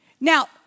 Now